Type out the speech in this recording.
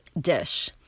dish